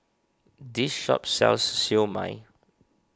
this shop sells Siew Mai